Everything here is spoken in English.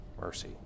mercy